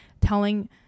telling